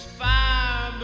fire